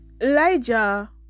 Elijah